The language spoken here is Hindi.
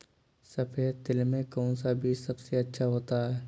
सफेद तिल में कौन सा बीज सबसे अच्छा होता है?